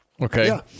Okay